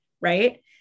right